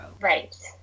Right